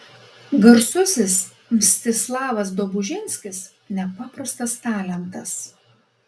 garsusis mstislavas dobužinskis nepaprastas talentas